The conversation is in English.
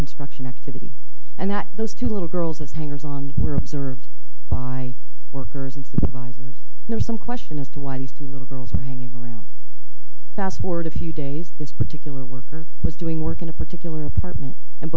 construction activity and that those two little girls as hangers on were observed by workers into the visor there's some question as to why these two little girls were hanging around fast forward a few days this particular worker was doing work in a particular apartment and